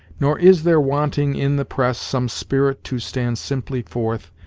nor is there wanting in the press some spirit to stand simply forth,